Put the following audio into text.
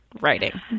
writing